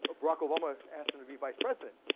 ah barack obama asked him to be vice president.